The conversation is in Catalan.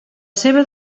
seva